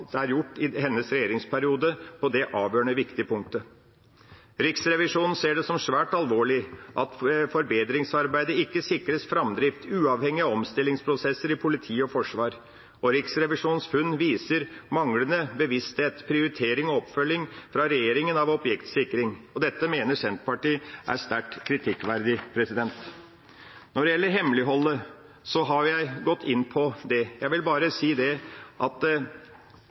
er gjort i hennes regjeringsperiode på det avgjørende viktige punktet. Riksrevisjonen ser det som svært alvorlig at forbedringsarbeidet ikke sikres framdrift uavhengig av omstillingsprosesser i politi og forsvar, og Riksrevisjonens funn viser manglende bevissthet, prioritering og oppfølging av objektsikring fra regjeringa. Dette mener Senterpartiet er sterkt kritikkverdig. Når det gjelder hemmeligholdet, har jeg gått inn på det. Jeg vil bare si at det er ganske interessant å erfare at